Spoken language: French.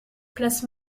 place